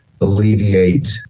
alleviate